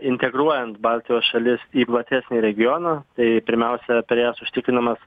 integruojant baltijos šalis į platesnį regioną tai pirmiausia per jas užtikrinamas